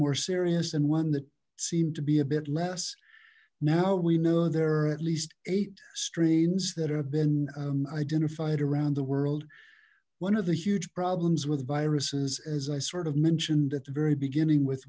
more serious and one that seemed to be a bit less now we know there are at least eight strains that have been identified around the world one of the huge problems with viruses as i sort of mentioned at the very beginning with